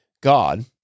God